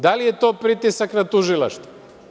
Da li je to pritisak na tužilaštvo?